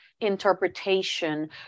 interpretation